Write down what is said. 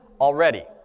already